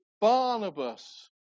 Barnabas